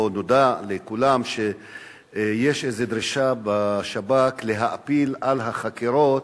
או: נודע לכולם שיש איזו דרישה בשב"כ להאפיל על החקירות